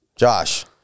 Josh